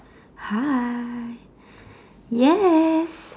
hi yes